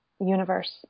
universe